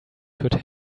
could